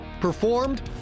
performed